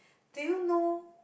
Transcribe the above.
do you know